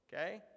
okay